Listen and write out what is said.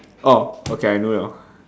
orh okay I know [liao]